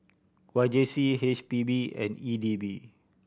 Y J C H P B and E D B